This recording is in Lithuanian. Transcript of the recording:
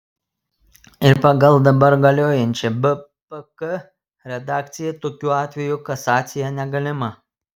ir pagal dabar galiojančią bpk redakciją tokiu atveju kasacija negalima